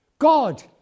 God